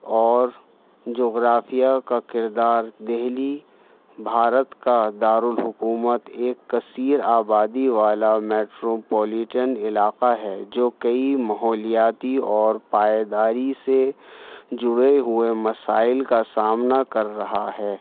اور جغرافیہ کا کردار دلی بھارت کا دارالحکومت ایک کثیر آبادی والا میٹروپولیٹن علاقہ ہے جو کئی ماحولیاتی اور پائیداری سے جڑے ہوئے مسائل کا سامنا کر رہا ہے